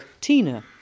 Tina